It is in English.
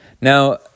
Now